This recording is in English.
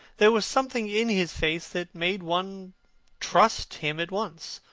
there was something in his face that made one trust him at once.